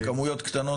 בכמויות קטנות.